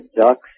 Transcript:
ducks